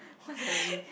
what's happening